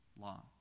law